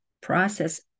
process